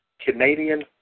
Canadian